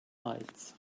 lights